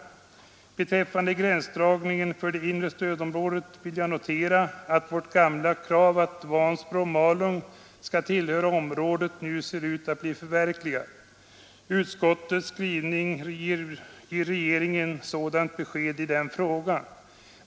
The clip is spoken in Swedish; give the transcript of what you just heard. Beträffande gränsdragningen för det inre stödområdet vill jag notera att vårt gamla krav, att Vansbro och Malung skall tillhöra området, nu ser ut att bli förverkligat. Utskottets skrivning ger regeringen sådant besked i frågan.